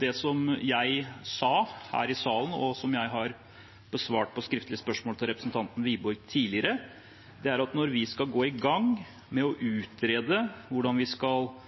Det som jeg sa her i salen, og som jeg har besvart på skriftlige spørsmål fra representanten Wiborg tidligere, er at jeg vil vurdere å ta Rygge med inn i utredningsarbeidet når vi skal gå i gang med å utrede